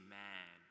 man